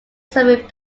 soviet